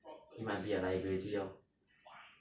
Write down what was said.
it might be a liability lor